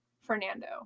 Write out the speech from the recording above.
fernando